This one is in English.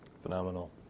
Phenomenal